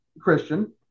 Christian